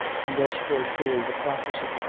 and thus fulfill the prophecy.